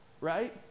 right